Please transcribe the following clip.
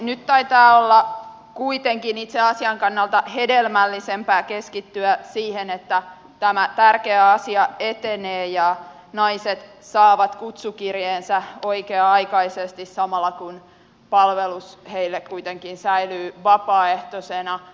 nyt taitaa olla kuitenkin itse asian kannalta hedelmällisempää keskittyä siihen että tämä tärkeä asia etenee ja naiset saavat kutsukirjeensä oikea aikaisesti samalla kun palvelus heille kuitenkin säilyy vapaaehtoisena